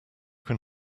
can